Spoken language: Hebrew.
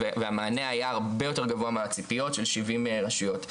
והמענה היה הרבה יותר גבוה מהציפיות של שבעים רשויות.